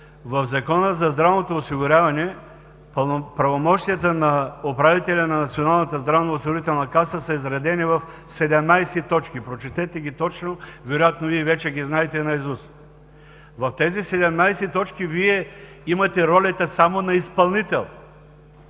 в Закона за здравното осигуряване правомощията на управителя на НЗОК са изредени в 17 точки. Прочетете ги точно, вероятно Вие вече ги знаете наизуст. В тези 17 точки Вие имате ролята само на изпълнител.